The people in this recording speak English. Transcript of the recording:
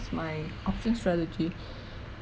my option strategy